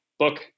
book